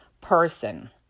person